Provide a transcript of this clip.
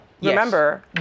Remember